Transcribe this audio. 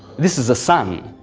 this is a sun,